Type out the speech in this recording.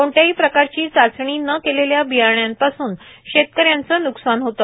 कोणत्याही प्रकारची चाचणी न केलेल्या बियाण्यापासून शेतकऱ्यांचे न्कसान होते